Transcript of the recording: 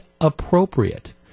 appropriate